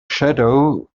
shadow